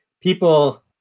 people